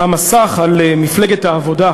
המסך על מפלגת העבודה,